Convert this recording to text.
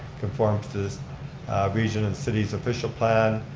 conforms to the region's and city's official plan,